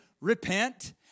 repent